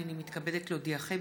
הינני מתכבדת להודיעכם,